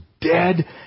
dead